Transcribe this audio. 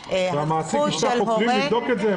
והמעסיק ישלח חוקרים לבדוק את זה?